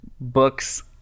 books